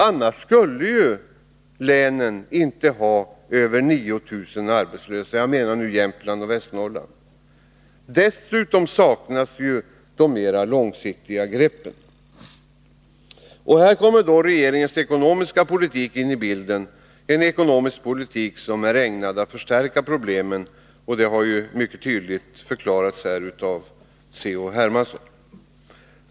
Annars skulle ju inte dessa län ha över 9 000 arbetslösa. Dessutom saknas de mera långsiktiga åtgärderna. Här kommer regeringens ekonomiska politik in i bilden, en politik som är ägnad att förstärka problemen, vilket C.-H. Hermansson mycket tydligt har redovisat.